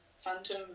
Phantom